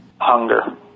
Hunger